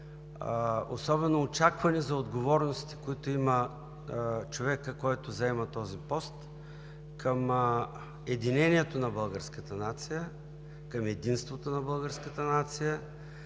особено очакване за отговорностите, които има човекът, който заема този пост, към единението на българската нация, към единството на българската нация,